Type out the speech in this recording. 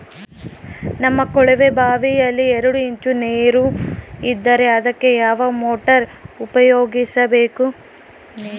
ನಮ್ಮ ಕೊಳವೆಬಾವಿಯಲ್ಲಿ ಎರಡು ಇಂಚು ನೇರು ಇದ್ದರೆ ಅದಕ್ಕೆ ಯಾವ ಮೋಟಾರ್ ಉಪಯೋಗಿಸಬೇಕು?